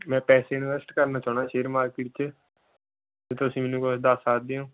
ਮੈਂ ਪੈਸੇ ਇਨਵੈਸਟ ਕਰਨਾ ਚਾਹੁੰਦਾ ਸ਼ੇਅਰ ਮਾਰਕੀਟ 'ਚ ਅਤੇ ਤੁਸੀਂ ਮੈਨੂੰ ਕੁੱਛ ਦੱਸ ਸਕਦੇ ਹੋ